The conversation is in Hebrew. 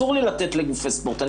52 אסור לי לתת לגופי ספורט.